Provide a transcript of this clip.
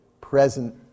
present